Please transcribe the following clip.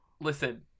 listen